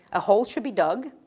a hole should be dug,